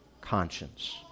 conscience